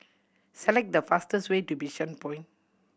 select the fastest way to Bishan Point